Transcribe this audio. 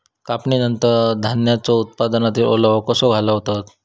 कापणीनंतर धान्यांचो उत्पादनातील ओलावो कसो घालवतत?